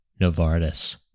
Novartis